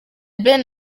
ben